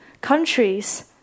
Countries